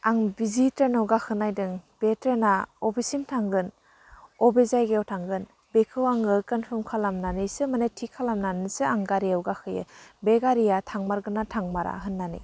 आं बि जि ट्रेनआव गाखोनो नागेरदों बे ट्रेनआ बबेसिम थांगोन बबे जायगायाव थांगोन बेखौ आङो कनफर्म खालामनानैसो माने थि खालामनानैसो आं गारियाव गाखोयो बे गारिया थांमारगोन ना थांमारा होन्नानै